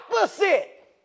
opposite